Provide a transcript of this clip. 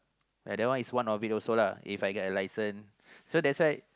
ya that one is one of it also lah If I get a license so that's why